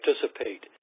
participate